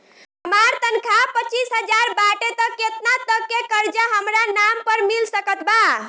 हमार तनख़ाह पच्चिस हज़ार बाटे त केतना तक के कर्जा हमरा नाम पर मिल सकत बा?